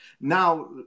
Now